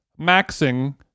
maxing